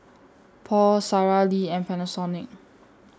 Paul Sara Lee and Panasonic